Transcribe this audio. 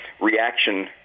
reaction